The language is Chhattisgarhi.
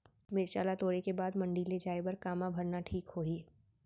मिरचा ला तोड़े के बाद मंडी ले जाए बर का मा भरना ठीक होही?